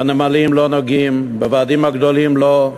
בנמלים לא נוגעים, בוועדים הגדולים גם לא,